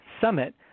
summit